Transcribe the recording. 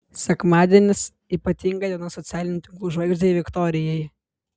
sekmadienis ypatinga diena socialinių tinklų žvaigždei viktorijai